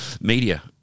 media